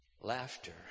laughter